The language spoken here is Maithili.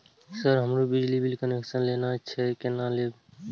सर हमरो बिजली कनेक्सन लेना छे केना लेबे?